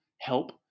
help